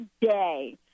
today